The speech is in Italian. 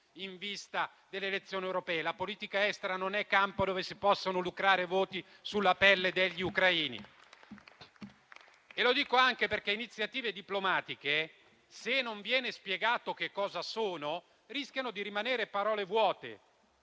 in vista delle elezioni europee. La politica estera non è campo dove si possano lucrare voti sulla pelle degli ucraini. Lo dico anche perché le iniziative diplomatiche, se non viene spiegato che cosa sono, rischiano di rimanere parole vuote.